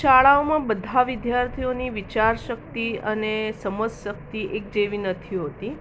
શાળાઓમાં બધા વિદ્યાર્થીઓની વિચારશક્તિ અને સમજશક્તિ એક જેવી નથી હોતી